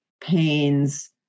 pains